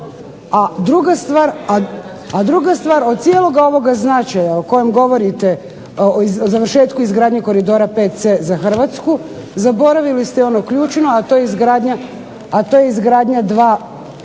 a druga stvar od cijeloga ovoga značaja o kojem govorite, o završetku izgradnje Koridora VC za Hrvatsku zaboravili ste i ono ključno, a to je izgradnja 2